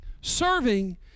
Serving